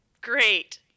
Great